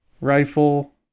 rifle